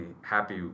happy